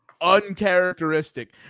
uncharacteristic